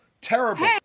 Terrible